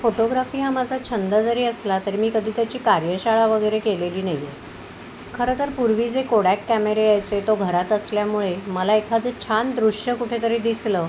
photography हा माझा छंद जरी असला तरी मी कधी त्याची कार्यशाळा वगैरे केलेली नाही आहे खरं तर पूर्वी जे कोडॅक कॅमेरे यायचे तो घरात असल्यामुळे मला एखादं छान दृश्य कुठेतरी दिसलं